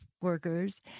workers